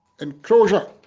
enclosure